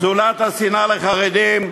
זולת השנאה לחרדים.